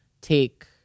take